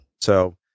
So-